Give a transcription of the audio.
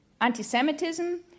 Anti-Semitism